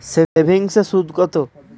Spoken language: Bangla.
সেভিংসে সুদ কত?